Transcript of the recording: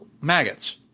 maggots